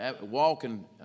walking